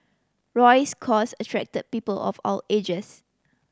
Roy's cause attracted people of all ages